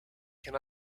can